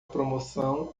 promoção